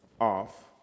off